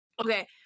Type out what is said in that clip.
Okay